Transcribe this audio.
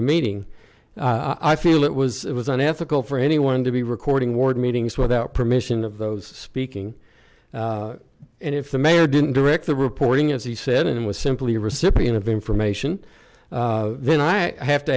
the meeting i feel it was it was an ethical for anyone to be recording ward meetings without permission of those speaking and if the mayor didn't direct the reporting as he said it was simply a recipient of information then i have to